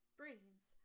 brains